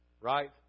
right